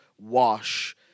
wash